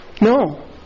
No